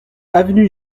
avenue